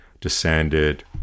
descended